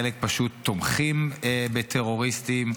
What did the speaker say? חלק פשוט תומכים בטרוריסטים,